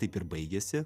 taip ir baigėsi